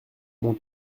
mon